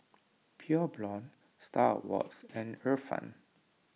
Pure Blonde Star Awards and Ifan